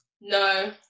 no